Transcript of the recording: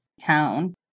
town